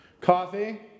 Coffee